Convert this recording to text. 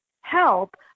help